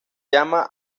llama